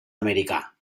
americà